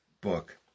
book